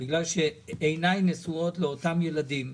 כי עיני נשואות לאותם ילדים,